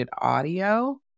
audio